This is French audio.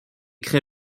créent